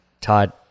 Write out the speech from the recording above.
Todd